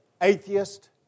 atheist